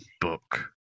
book